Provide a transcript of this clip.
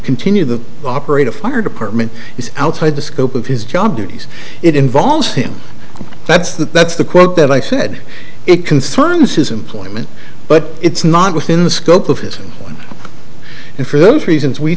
continue to operate a fire department is outside the scope of his job duties it involves him that's the that's the quote that i said it concerns his employment but it's not within the scope of his and for those reasons we